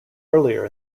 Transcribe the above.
earlier